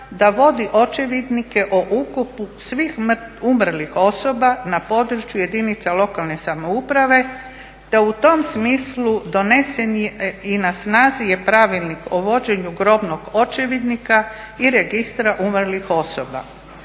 da vodi očevidnike o ukopu svih umrlih osoba na području jedinica lokalne samouprave te u tom smislu donesen je i na snazi Pravilnik o vođenju grobnog očevidnika i Registra umrlih osoba.